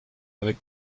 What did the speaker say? avec